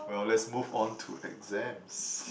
well let's move on to exams